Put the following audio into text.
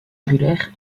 angulaire